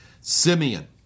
Simeon